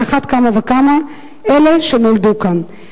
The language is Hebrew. על אחת כמה וכמה אלה שנולדו כאן.